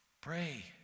Pray